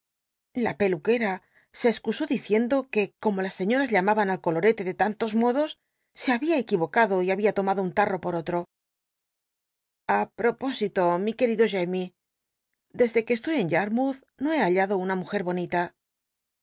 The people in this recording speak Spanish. la peluquem e excusó diciendo que como las sciíoms llaman al colorete de tantos modos se había eltnivoc tdo y había tomado un tarro por oli'o a proposilo mi querido armouth no be hallado una desde que e loy en y mujer bonita